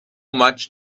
much